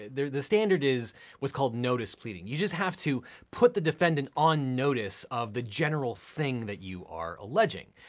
the the standard is what's called notice pleading. you just have to put the defendant on notice of the general thing that you are alleging.